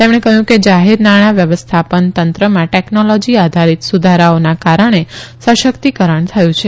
તેમણે કહ્યું કે જાહેર નાણાં વ્યવસ્થા ન તંત્રમાં ટેકનોલોજી આધારીત સુધારાઓના કારણે સશકિતકરણ થયું છે